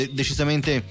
decisamente